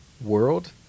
world